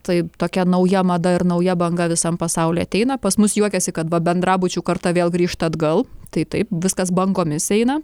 tai tokia nauja mada ir nauja banga visam pasauly ateina pas mus juokiasi kad bendrabučių karta vėl grįžta atgal tai taip viskas bangomis eina